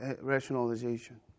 rationalization